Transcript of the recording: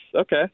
okay